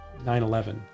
9-11